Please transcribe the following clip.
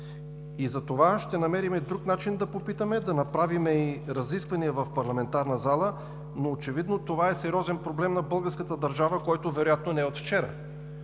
милиони? Ще намерим друг начин да попитаме, да направим и разисквания в пленарната зала, но очевидно това е сериозен проблем на българската държава, който вероятно не е от вчера.